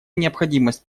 необходимость